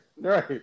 right